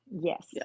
Yes